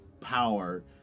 power